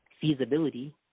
feasibility